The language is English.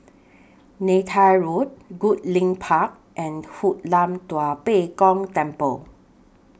Neythai Road Goodlink Park and Hoon Lam Tua Pek Kong Temple